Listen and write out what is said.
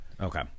okay